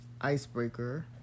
icebreaker